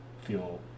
feel